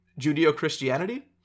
Judeo-Christianity